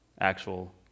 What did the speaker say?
actual